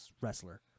wrestler